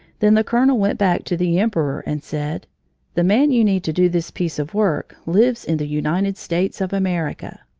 then the colonel went back to the emperor and said the man you need to do this piece of work lives in the united states of america.